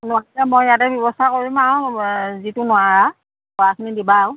নোৱাৰাখনি মই ইয়াতে ব্যৱস্থা কৰিম আৰু যিটো নোৱাৰা পৰাখিনি দিবা আৰু